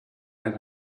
had